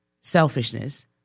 selfishness